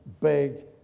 big